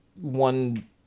one